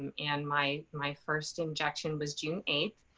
um and my my first injection was june eight.